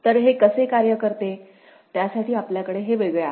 तर हे कसे कार्य करते त्यासाठी आपल्याकडे हे वेगळे आहे